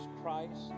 Christ